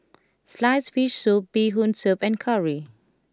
Sliced Fish Soup Bee Hoon Soup and Curry